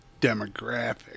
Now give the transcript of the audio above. demographic